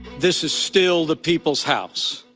this is still the peoples' house.